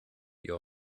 your